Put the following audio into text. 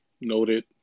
noted